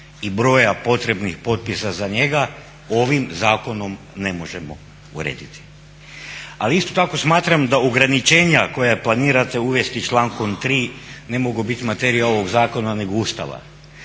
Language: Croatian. i broja potrebnih potpisa za njega ovim zakonom ne možemo urediti. Ali isto tako smatram da ograničenja koja planirate uvesti člankom 3. ne mogu biti materija ovoga zakona nego Ustava.